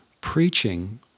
Preaching